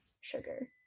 sugar